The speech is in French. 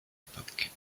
époque